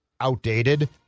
outdated